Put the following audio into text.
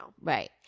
Right